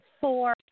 four